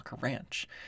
Ranch